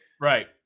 right